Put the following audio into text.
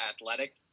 Athletic